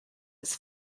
his